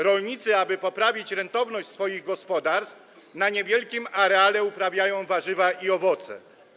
Rolnicy, aby poprawić rentowność swoich gospodarstw, na niewielkim areale uprawiają warzywa i owoce.